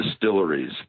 distilleries